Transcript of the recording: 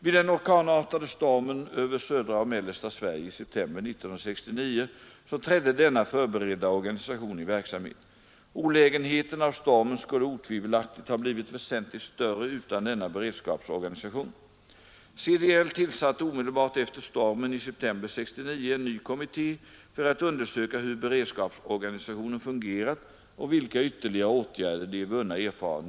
Vid den orkanartade stormen över södra och mellersta Sverige i september 1969 trädde denna förberedda organisation i verksamhet. Olägenheterna av stormen skulle otvivelaktigt ha blivit väsentligt större utan denna beredskapsorganisation. CDL tillsatte omedelbart efter stormen i september 1969 en ny kommitté för att undersöka hur beredskapsorganisationen fungerat och vilka ytterligare åtgärder de vunna erfarenheterna kunde föranleda.